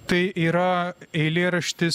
tai yra eilėraštis